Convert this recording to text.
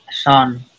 Son